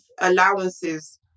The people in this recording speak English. allowances